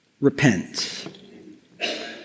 repent